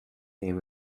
name